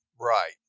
Right